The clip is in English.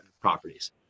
properties